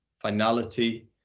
finality